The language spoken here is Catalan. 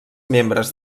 membres